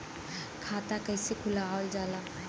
खाता कइसे खुलावल जाला?